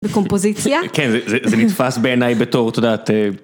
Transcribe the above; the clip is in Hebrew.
בקומפוזיציה. כן, זה נתפס בעיניי בתור תודעת...